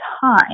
time